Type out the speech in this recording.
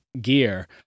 Gear